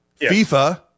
FIFA